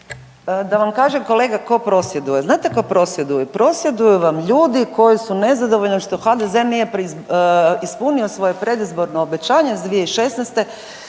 Da vam kažem kolega ko prosvjeduje, znate tko prosvjeduju? Prosvjeduju vam ljudi koji su nezadovoljni što HDZ nije ispunio svoje predizborno obećanje iz 2016.